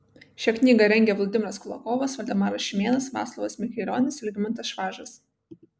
šią knygą rengia vladimiras kulakovas valdemaras šimėnas vaclovas mikailionis algimantas švažas